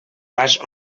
vas